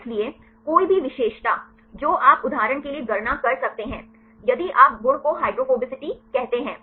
इसलिए कोई भी विशेषता जो आप उदाहरण के लिए गणना कर सकते हैं यदि आप गुण को हाइड्रोफोबिसिटी कहते हैं